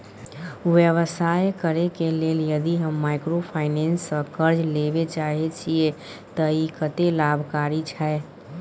व्यवसाय करे के लेल यदि हम माइक्रोफाइनेंस स कर्ज लेबे चाहे छिये त इ कत्ते लाभकारी छै?